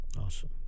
Awesome